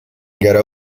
gara